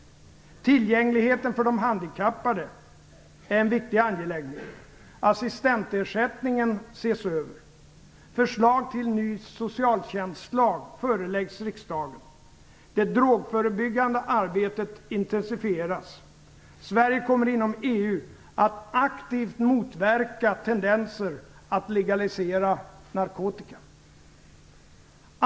Tillgängligheten för de handikappade är en viktig angelägenhet. Assistentersättningen ses över. Det drogförebyggande arbetet intensifieras. Sverige kommer inom EU att aktivt verka mot tendenser att legalisera narkotika.